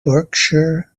berkshire